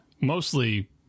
mostly